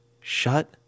shut